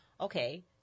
Okay